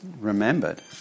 remembered